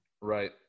Right